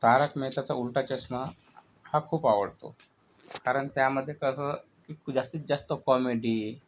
तारक मेहताचा उल्टा चष्मा हा खूप आवडतो कारण त्यामध्ये कसं की क जास्तीत जास्त कॉमेडी